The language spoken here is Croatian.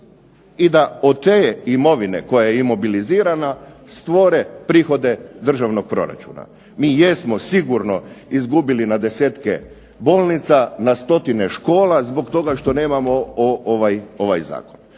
I da od te imovine koja je imobilizirana stvore prihode državnog proračuna. Mi jesmo sigurno izgubili na desetke bolnica, na stotine škola, zbog toga što nemamo ovaj zakon.